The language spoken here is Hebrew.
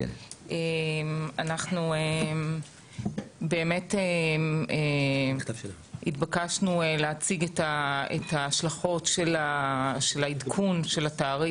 אנחנו באמת התבקשנו להציג את ההשלכות של העדכון של התעריף.